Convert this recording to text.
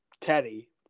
Teddy